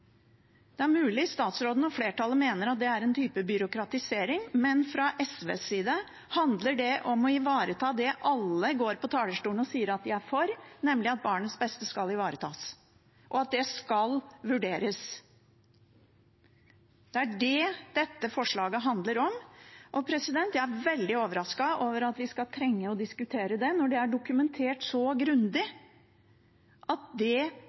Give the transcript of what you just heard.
Det er mulig statsråden og flertallet mener det er en type byråkratisering, men fra SVs side handler det om å ivareta det som alle går på talerstolen og sier de er for, nemlig at barnets beste skal ivaretas, og at det skal vurderes. Det er det dette forslaget handler om, og jeg er veldig overrasket over at vi trenger å diskutere det, når det er dokumentert så grundig at det